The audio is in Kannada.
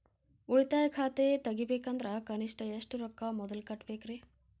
ಉಳಿತಾಯ ಖಾತೆ ತೆಗಿಬೇಕಂದ್ರ ಕನಿಷ್ಟ ಎಷ್ಟು ರೊಕ್ಕ ಮೊದಲ ಕಟ್ಟಬೇಕ್ರಿ?